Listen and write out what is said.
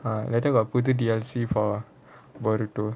ah later got for baruto